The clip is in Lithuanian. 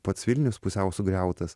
pats vilnius pusiau sugriautas